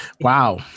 Wow